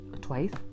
twice